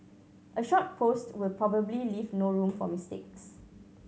a short post will probably leave no room for mistakes